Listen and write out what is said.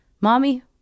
Mommy